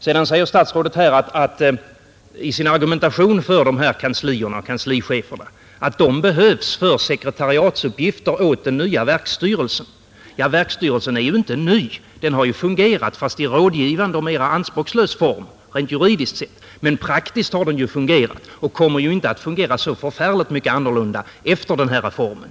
Sedan sade statsrådet också i sin argumentation för dessa kanslichefer att de behövs för sekretariatsuppgifter åt den nya verksstyrelsen. Men verksstyrelsen är ju inte ny. Den har tidigare fungerat, om också i rådgivande och mera anspråkslös form, rent juridiskt sett. Praktiskt har den ändå fungerat och kommer inte att arbeta så förfärligt mycket annorlunda efter genomförandet av den nu föreslagna reformen.